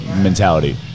mentality